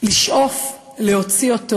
לשאוף להוציא,